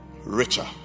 Richer